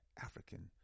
African